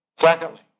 Secondly